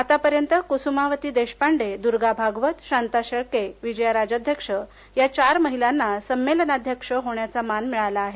आतापर्यंतच्या क्स्मावती देशपांडे दुर्गा भागवत शाता शेळके विजया राजाध्यक्ष या चार महिलाना संमेलनाध्यक्ष होण्याचा मान मिळाला आहे